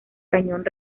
cañón